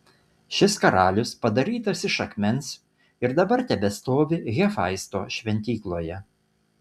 šis karalius padarytas iš akmens ir dabar tebestovi hefaisto šventykloje